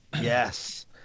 Yes